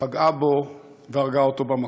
פגעה בו והרגה אותו במקום.